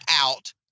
out